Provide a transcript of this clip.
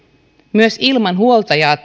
myös ilman huoltajaa